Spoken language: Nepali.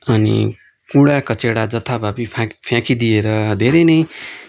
अनि कुँडा कचेडा जथाभावी फ्याक् फ्याँकिदिएर धेरै नै